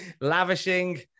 lavishing